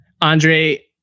Andre